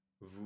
vous